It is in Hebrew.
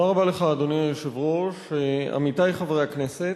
אדוני היושב-ראש, תודה רבה לך, עמיתי חברי הכנסת,